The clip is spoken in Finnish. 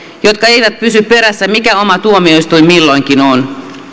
jotka eivät pysy perässä mikä oma tuomioistuin milloinkin on